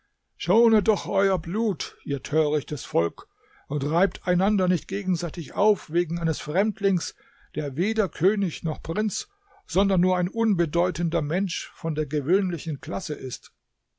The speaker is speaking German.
schonet doch euer blut ihr törichtes volk und reibt einander nicht gegenseitig auf wegen eines fremdlings der weder könig noch prinz sondern nur ein unbedeutender mensch von der gewöhnlichen klasse ist